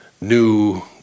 new